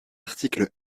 articles